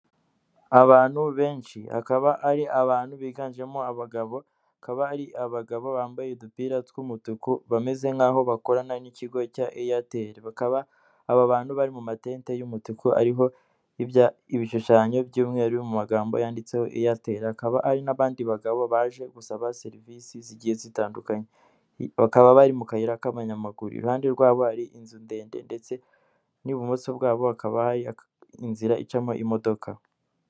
Abantu benshi akaba ari abantu biganjemo abagabo bakaba ari abagabo bambaye udupira tw'umutuku bameze nk'a bakorana n'ikigo cya eyateli bakaba aba bantu bari mu matente y'umutuku ariho ibishushanyo by'umweru mu magambo yanditseho eyateli akaba ari n'abandi bagabo baje gusaba serivisi zigiyehe zitandukanye bakaba bari mu kayira k'amanyamaguru iruhande rwabo ari inzu ndende ndetse n'ibumoso bwabo hakaba inzira icamo imodoka.